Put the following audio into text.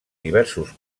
diversos